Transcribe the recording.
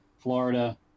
Florida